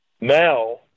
now